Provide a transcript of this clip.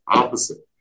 opposite